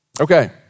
Okay